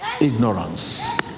ignorance